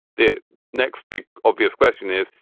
the next big obvious question is,